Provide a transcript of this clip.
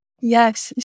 Yes